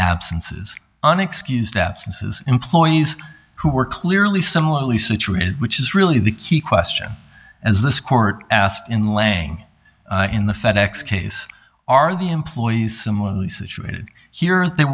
absences unexcused absences employees who were clearly similarly situated which is really the key question as this court asked in laying in the fed ex case are the employees similarly situated here